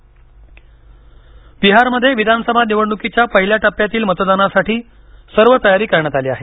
बिहार निवडणूक बिहारमध्ये विधानसभा निवडणुकीच्या पहिल्या टप्प्यातील मतदानासाठी सर्व तयारी करण्यात आली आहे